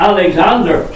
Alexander